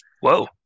Whoa